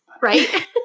Right